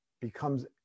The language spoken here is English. becomes